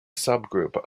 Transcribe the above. subgroup